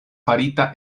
farita